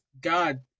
God